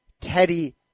Teddy